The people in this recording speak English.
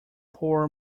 poor